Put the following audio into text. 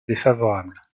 défavorable